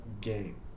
game